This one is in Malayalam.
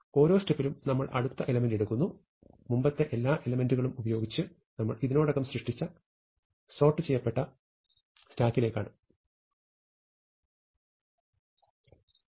ഓരോ സ്റെപ്പിലും നമ്മൾ അടുത്ത എലെമെന്റ് എടുക്കുന്നു മുമ്പത്തെ എല്ലാ എലെമെന്റ്കളും ഉപയോഗിച്ച് നമ്മൾ ഇതിനകം സൃഷ്ടിച്ച സോർട്ട് ചെയ്യപ്പെട്ട സ്റ്റാക്കിലേക്ക് ചേർക്കുന്നു